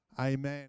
Amen